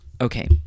Okay